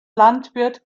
landwirt